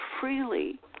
freely